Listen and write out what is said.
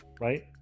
right